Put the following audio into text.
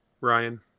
Ryan